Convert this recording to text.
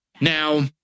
Now